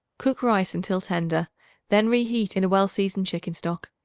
cook rice until tender then reheat in a well-seasoned chicken stock.